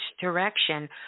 direction